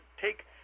Take